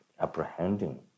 apprehending